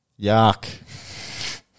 Yuck